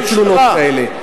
יש הרבה תלונות כאלה.